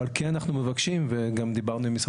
אבל כן אנחנו מבקשים וגם דיברנו עם משרד